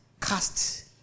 cast